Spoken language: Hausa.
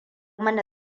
mana